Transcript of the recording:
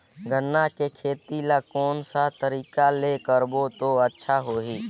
गन्ना के खेती ला कोन सा तरीका ले करबो त अच्छा होही?